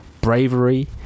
bravery